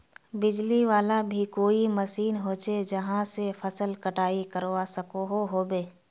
बिजली वाला भी कोई मशीन होचे जहा से फसल कटाई करवा सकोहो होबे?